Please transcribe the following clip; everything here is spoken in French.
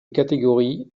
catégorie